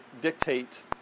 dictate